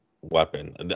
weapon